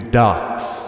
ducks